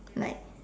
like